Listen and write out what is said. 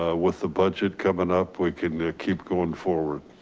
ah with the budget coming up, we can keep going forward.